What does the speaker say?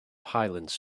highlands